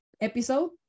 episode